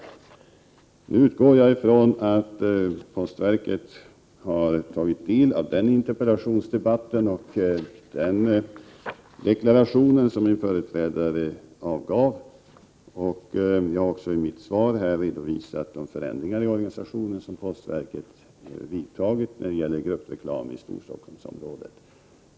Jag utgår nu ifrån att postverket har tagit del av den frågedebatten och av den deklaration som min företrädare avgav. I mitt svar har jag också redovisat de förändringar i organisationen som postverket har vidtagit när det gäller distribution av gruppreklam i Storstockholmsområdet.